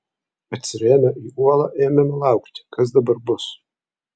atsirėmę į uolą ėmėme laukti kas dabar bus